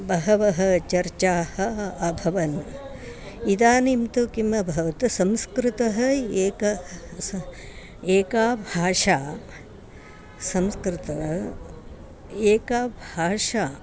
बहवः चर्चाः अभवन् इदानीं तु किम् अभवत् संस्कृतं एका एका भाषा संस्कृतं एका भाषा